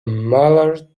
mallard